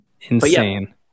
Insane